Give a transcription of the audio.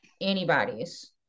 antibodies